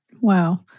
Wow